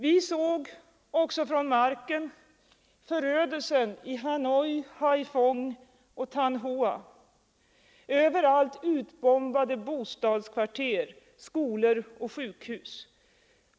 Vi såg också från marken förödelsen i Hanoi, Haiphong och Than Hoa. Överallt utbombade bostadskvarter, skolor och sjukhus.